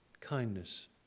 Kindness